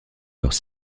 leurs